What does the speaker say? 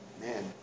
Man